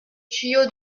tuyau